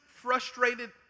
frustrated